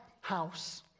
house